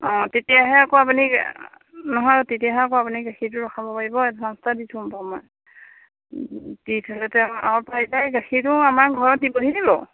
অঁ তেতিয়াহে আকৌ আপুনি নহয় তেতিয়াহে আকৌ আপুনি গাখীৰটো ৰখাব পাৰিব এডভান্স এটা দি থম বাৰু মই দি থলে আৰু পাই যায় গাখীৰটো আমাৰ ঘৰত দিবহি নেকি বাৰু